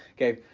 okay.